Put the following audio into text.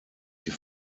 die